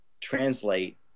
translate